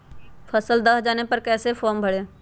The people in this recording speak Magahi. फसल दह जाने पर कैसे फॉर्म भरे?